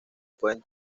pueden